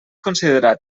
considerat